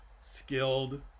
skilled